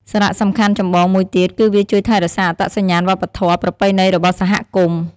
សារៈសំខាន់ចម្បងមួយទៀតគឺវាជួយថែរក្សាអត្តសញ្ញាណវប្បធម៌ប្រពៃណីរបស់សហគមន៍។